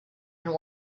and